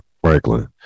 Franklin